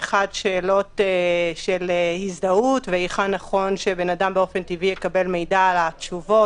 שאלות של הזדהות והיכן נכון שבן אדם באופן טבעי יקבל מידע על התשובות,